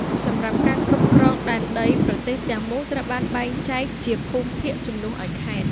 សម្រាប់ការគ្រប់គ្រងដែនដី ប្រទេសទាំងមូលត្រូវបានបែងចែកជា «ភូមិភាគ» ជំនួសឱ្យខេត្ត។